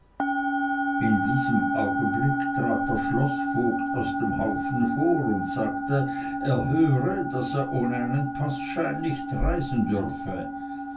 in diesem augenblick trat der schloßvogt aus dem haufen vor und sagte er höre daß er ohne einen paßschein nicht reisen dürfe